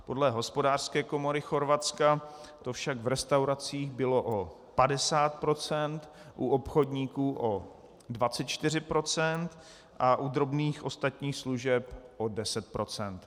Podle hospodářské komory Chorvatska to však v restauracích bylo o 50 %, u obchodníků o 24 % a u drobných ostatních služeb o 10 %.